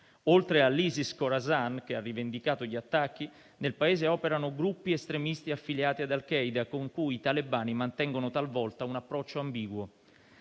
Oltre all'Isis-Khorasan, che ha rivendicato gli attacchi, nel Paese operano gruppi estremisti affiliati ad al-Qaeda con cui i talebani mantengono talvolta un approccio ambiguo.